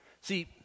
See